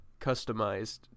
customized